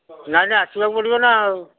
ନାଇଁ ନାଇଁ ଆସିବାକୁ ପଡ଼ିବ ନା ଆଉ